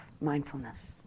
mindfulness